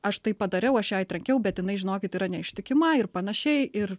aš tai padariau aš jai trenkiau bet jinai žinokit yra neištikima ir panašiai ir